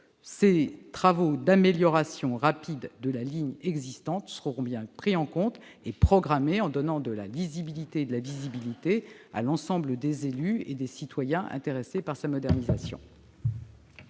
ces travaux d'amélioration rapide de la ligne existante seront bien pris en compte et programmés en donnant de la lisibilité et de la visibilité à l'ensemble des élus et des citoyens intéressés par sa modernisation.